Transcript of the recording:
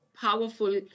powerful